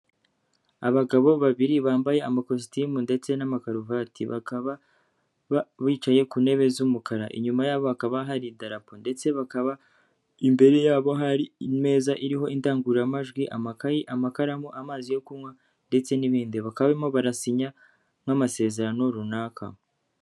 Abagabo babiri bambaye amakositimu ndetse n'amakaruvati, bakaba bicaye ku ntebe z'umukara, inyuma yabo ha bakaba hari idarapo ndetse bakaba imbere yabo hari inmeza iriho indangururamajwi, amakayi, amakaramu, amazi yo kunywa ndetse n'ibindi, bakabamo barasinya nk'amasezerano runaka.